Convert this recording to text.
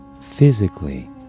physically